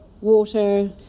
water